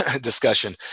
discussion